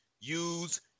use